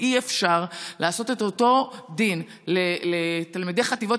ואי-אפשר לעשות את אותו דין לתלמידי חטיבות